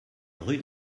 rue